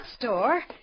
store